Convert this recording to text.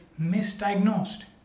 misdiagnosed